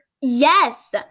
Yes